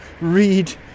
read